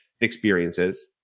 experiences